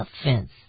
offense